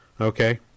okay